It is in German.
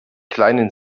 kleinen